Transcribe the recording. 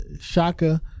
Shaka